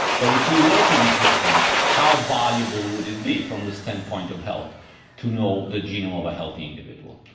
but if we were to reach that point, how valuable would it be from the standpoint of health to know the genome of a healthy individual?